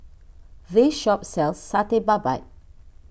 this shop sells Satay Babat